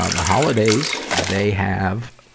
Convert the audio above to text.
ah the holidays, they have,